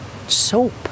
soap